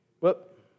Whoop